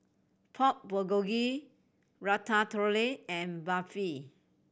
Pork Bulgogi Ratatouille and Barfi